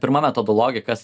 pirma metodologija kas